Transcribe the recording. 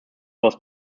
was